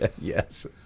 Yes